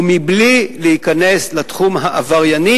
ומבלי להיכנס לתחום העברייני,